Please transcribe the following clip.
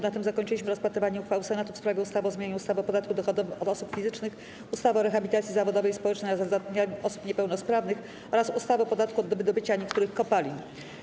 Na tym zakończyliśmy rozpatrywanie uchwały Senatu w sprawie ustawy o zmianie ustawy o podatku dochodowym od osób fizycznych, ustawy o rehabilitacji zawodowej i społecznej oraz zatrudnianiu osób niepełnosprawnych oraz ustawy o podatku od wydobycia niektórych kopalin.